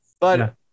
but-